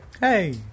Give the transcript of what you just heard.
Hey